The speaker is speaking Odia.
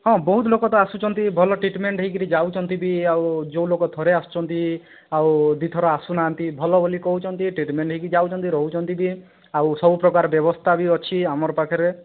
ହଁ ବହୁତ ଲୋକ ତ ଆସୁଛନ୍ତି ଭଲ ଟ୍ରିଟ୍ମେଣ୍ଟ୍ ହୋଇକରି ଯାଉଛନ୍ତି ବି ଆଉ ଯେଉଁ ଲୋକ ଥରେ ଆସୁଛନ୍ତି ଆଉ ଦୁଇଥର ଆସୁ ନାହାନ୍ତି ଭଲ ବୋଲି କହୁଛନ୍ତି ଟ୍ରିଟ୍ମେଣ୍ଟ୍ ହୋଇକି ଯାଉଛନ୍ତି ରହୁଛନ୍ତି ବି ଆଉ ସବୁ ପ୍ରକାର ବ୍ୟବସ୍ଥା ବି ଅଛି ଆମର୍ ପାଖ୍ରେ